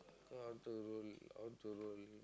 how to worry how to worry